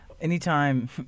anytime